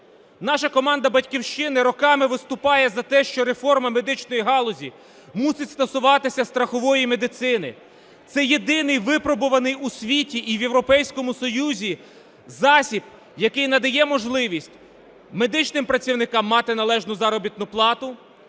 Наша команда "Батьківщини" роками виступає за те, що реформа медичної галузі мусить стосуватися страхової медицини, це єдиний випробуваний у світі і в Європейському Союзі засіб, який надає можливість медичним працівникам мати належну заробітну плату,